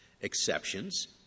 exceptions